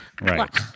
Right